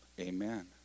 amen